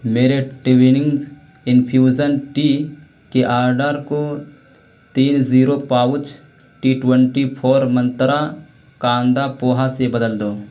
میرے Twinings infusion tea کے order کو تین zero pouch tea twenty four mantra kanda poha سے بدل دو